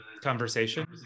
conversation